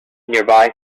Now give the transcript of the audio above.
nearby